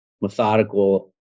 methodical